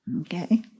Okay